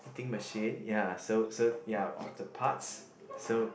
hitting machine ya so so ya of the parts so